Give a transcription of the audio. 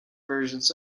versions